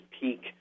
peak